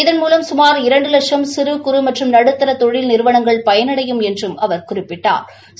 இதன் மூலம் சுமார் இரண்டு லட்சம் சிறு சிறு நடுத்தர தொழில் நிறுவனங்கள் பயனடையும் என்றும் அவர் குறிப்பிட்டா்